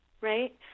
right